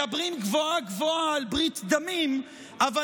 מדברים גבוהה-גבוהה על ברית דמים אבל